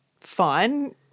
fine